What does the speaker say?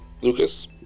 Lucas